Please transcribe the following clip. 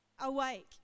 awake